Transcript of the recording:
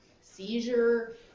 seizure